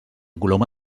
coloma